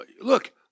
Look